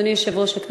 אדוני היושב-ראש,